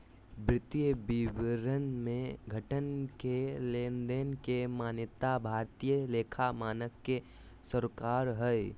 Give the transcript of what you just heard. वित्तीय विवरण मे घटना के लेनदेन के मान्यता भारतीय लेखा मानक के सरोकार हय